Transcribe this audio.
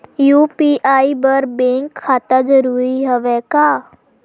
UPI बर bank खाता जरूरी हवय का?